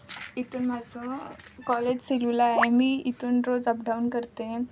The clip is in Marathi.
इथून माझं कॉलेज सेलूला आहे मी इथून रोज अपडाऊन करते